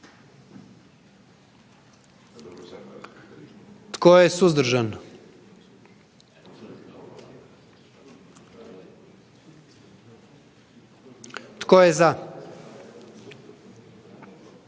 Tko je suzdržan? I tko je